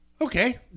Okay